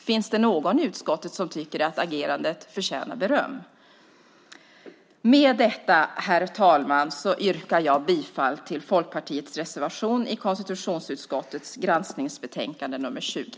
Finns det någon i utskottet som tycker att agerandet förtjänar beröm? Med detta yrkar jag på godkännande av anmälan i Folkpartiets reservation i konstitutionsutskottets granskningsbetänkande 20.